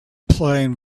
playing